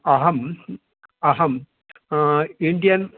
अहम् अहम् इण्डियन्